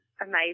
amazing